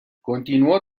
continuó